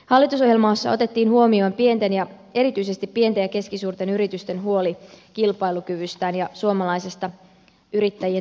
hallitusohjelmassa otettiin huomioon erityisesti pienten ja keskisuurten yritysten huoli kilpailukyvystään ja suomalaisesta yrittäjien toimintaympäristöstä